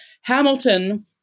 Hamilton